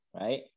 right